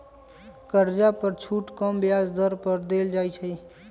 कर्जा पर छुट कम ब्याज दर पर देल जाइ छइ